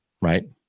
right